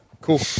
cool